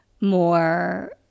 more